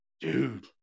dude